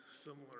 similar